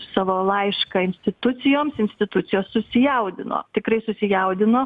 savo laišką institucijoms institucijos susijaudino tikrai susijaudino